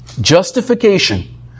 Justification